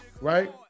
Right